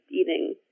eating